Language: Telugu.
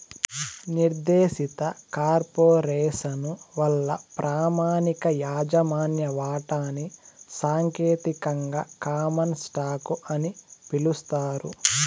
నిర్దేశిత కార్పొరేసను వల్ల ప్రామాణిక యాజమాన్య వాటాని సాంకేతికంగా కామన్ స్టాకు అని పిలుస్తారు